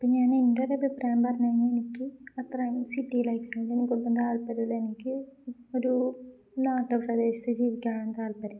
ഇപ്പ ഞാൻ എൻ്റെര അഭിപ്രായം പറഞ്ഞു കഴിഞ്ഞാ എനിക്ക് അത്രയും സിറ്റി ലൈഫിലോണ്ട് എനി കുടുംബം താല്പര്യമുള്ള എനിക്ക് ഒരു നാട്ടപ പ്രദേശത്ത് ജീവിക്കാനാണ് താല്പര്യം